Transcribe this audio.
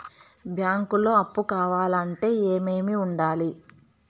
బ్యాంకులో అప్పు కావాలంటే ఏమేమి ఉండాలి?